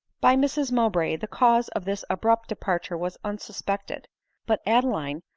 by mrs mowbray, the cause of this abrupt departure was unsuspected but adeline,